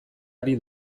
ari